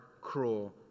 cruel